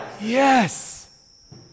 Yes